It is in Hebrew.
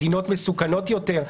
מדינות מסוכנות יותר,